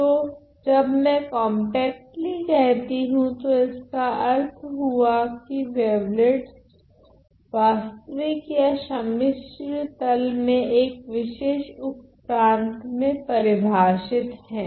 तो जब मैं कोंपक्ट्ली कहती हूँ तो इसका अर्थ हुआ की वावेलेट्स वास्तविक या सम्मिश्र समतल में एक विशेष उपप्रांत में परिभाषित हैं